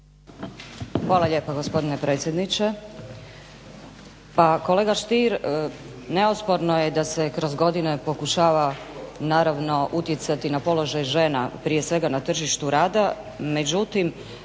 Hvala lijepo gospodine predsjedniče.